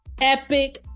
epic